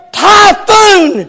typhoon